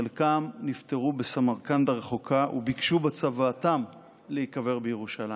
חלקם נפטרו בסמרקנד הרחוקה וביקשו בצוואתם להיקבר בירושלים.